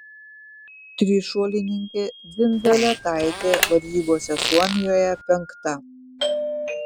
trišuolininkė dzindzaletaitė varžybose suomijoje penkta